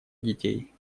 детей